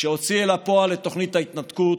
כשהוציא אל הפועל את תוכנית ההתנתקות,